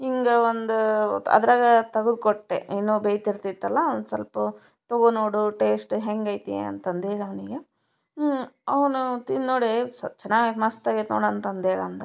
ಹಿಂಗೆ ಒಂದು ಅದ್ರಾಗ ತಗ್ದು ಕೊಟ್ಟೆ ಏನೋ ಬೇಯ್ತಿರ್ತೈತಲ್ಲ ಒಂದ್ಸೊಲ್ಪ ತಗೋ ನೋಡು ಟೇಸ್ಟ್ ಹೆಂಗೈತೆ ಅಂತಂದೇಳಿ ಅವನಿಗೆ ಅವನು ತಿಂದು ನೋಡಿ ಏಯ್ ಚೆನ್ನಾಗಿ ಮಸ್ತಾಗೈತೆ ನೋಡು ಅಂತಂದೇಳಿ ಅಂದ